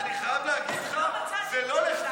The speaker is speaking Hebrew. לא, לא, לא.